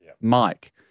Mike